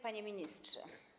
Panie Ministrze!